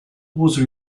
was